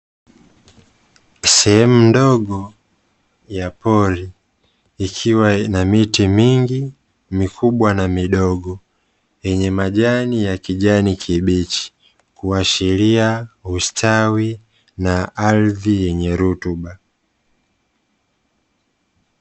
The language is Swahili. Sehemu ndogo ya pori ikiwa ina miti mingi mikubwa na midogo yenye majani ya kijani kibichi kuashiria ustawi na ardhi yenye rutuba.